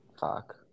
Fuck